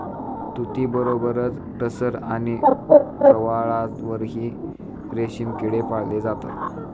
तुतीबरोबरच टसर आणि प्रवाळावरही रेशमी किडे पाळले जातात